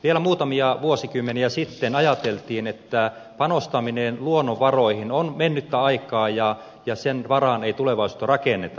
vielä muutamia vuosikymmeniä sitten ajateltiin että panostaminen luonnonvaroihin on mennyttä aikaa ja sen varaan ei tulevaisuutta rakenneta